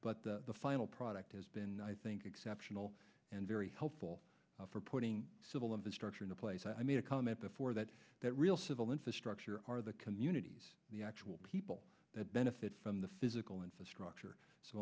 but the final product has been i think exceptional and very helpful for putting civil infrastructure in place i made a comment before that that real civil infrastructure are the communities the actual people that benefit from the physical infrastructure so